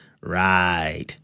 Right